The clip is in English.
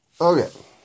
Okay